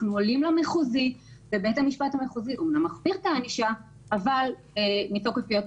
אנחנו עולים למחוזי שאמנם מחמיר את הענישה אבל מתוקף היותו